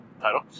title